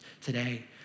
today